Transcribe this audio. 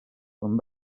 quan